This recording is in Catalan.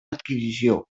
adquisició